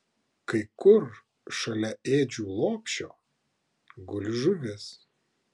kai kur šalia ėdžių lopšio guli žuvis